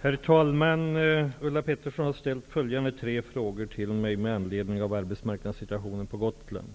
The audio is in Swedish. Herr talman! Ulla Pettersson har ställt följande tre frågor till mig med anledning av arbetsmarknadssituationen på Gotland.